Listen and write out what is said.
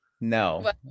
No